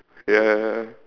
ya ya ya